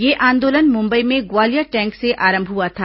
यह आंदोलन मुंबई में ग्वालिया टैंक से आरंभ हुआ था